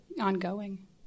ongoing